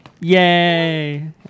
Yay